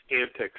antics